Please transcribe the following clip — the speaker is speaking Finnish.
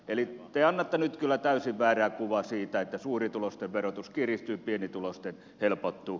eli te annatte nyt kyllä täysin väärää kuvaa siitä että suurituloisten verotus kiristyy pienituloisten helpottuu